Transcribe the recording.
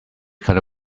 kinda